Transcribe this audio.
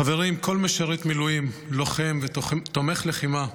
חברים, כל משרת מילואים, לוחם, תומך לחימה,